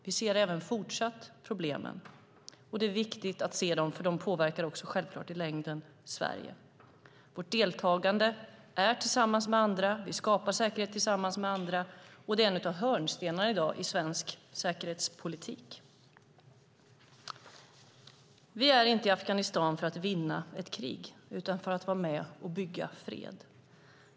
Vi ser även fortsatt problemen. Det är viktigt att se dem, för de påverkar självfallet också Sverige i längden. Vårt deltagande sker tillsammans med andra. Vi skapar säkerhet tillsammans med andra. Det är en av hörnstenarna i svensk säkerhetspolitik i dag. Vi är inte i Afghanistan för att vinna ett krig utan för att vara med och bygga fred.